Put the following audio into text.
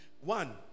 One